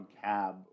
cab